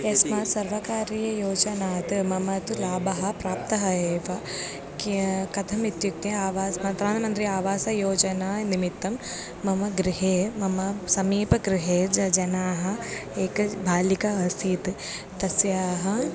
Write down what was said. यस्मात् सर्वकारीययोजनात् मम तु लाभः प्राप्तः एव कि कथम् इत्युक्ते आवास् प्रधानमन्त्री आवासयोजना निमित्तं मम गृहे मम समीपगृहे ज जनाः एका बालिका आसीत् तस्याः